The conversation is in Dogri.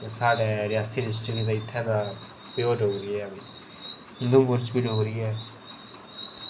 ते साढ़े रियासी डिस्ट्रिक्ट दे इत्थूं दा प्योर डोगरी ते ऐ ई उधमपुर च बी डोगरी ऐ